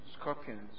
scorpions